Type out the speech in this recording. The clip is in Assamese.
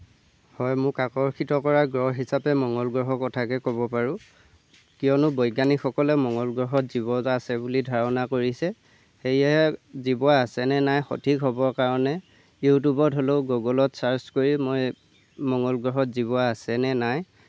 হয় মোক আকৰ্ষিত কৰা গ্ৰহ হিচাপে মঙ্গল গ্ৰহৰ কথাকেই ক'ব পাৰোঁ কিয়নো বৈজ্ঞানিকসকলে মঙ্গল গ্ৰহত জীৱ এটা আছে বুলি ধাৰণা কৰিছে সেয়েহে জীৱ আছেনে নাই সঠিক হ'বৰ কাৰণে ইউটিউবত হ'লেও গুগ'লত ছাৰ্চ কৰি মই মঙ্গল গ্ৰহত জীৱ আছেনে নাই